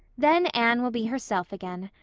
then anne will be herself again.